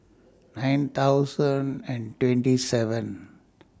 nine thousand and twenty seven